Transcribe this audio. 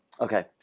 Okay